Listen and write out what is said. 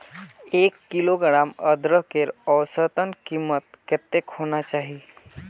एक किलोग्राम अदरकेर औसतन कीमत कतेक होना चही?